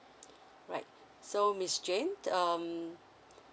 right so miss jane um